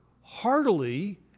heartily